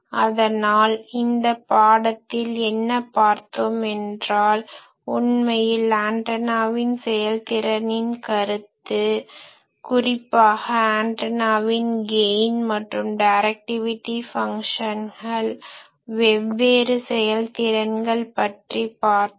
அதனால் இந்த பாடத்தில் என்ன பார்த்தோம் என்றால் உண்மையில் ஆன்டனாவின் செயல்திறனின் கருத்து குறிப்பாக ஆன்டனாவின் கெய்ன் மற்றும் டைரக்டிவிட்டி ஃபங்ஷன்கள் வெவ்வேறு செயல்திறன்கள் பற்றியும் பார்த்தோம்